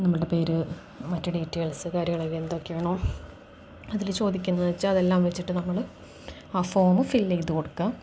നമ്മുടെ പേര് മറ്റ് ഡീറ്റെയിൽസ് കാര്യങ്ങളൊക്കെ എന്തൊക്കെയാണോ അതില് ചോദിക്കുന്നതെന്ന് വെച്ചാല് അതെല്ലാം വെച്ചിട്ട് നമ്മള് ആ ഫോം ഫില് ചെയ്തുകൊടുക്കുക